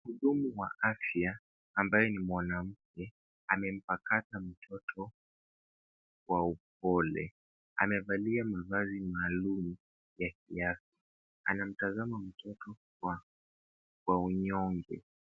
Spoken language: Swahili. Mhudumu wa afya ambaye ni mwanamke, amempakata mtoto kwa upole, amevalia mavazi maalumu ya kiafya, anamtazama mtoto kwa unyonge.